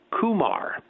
Kumar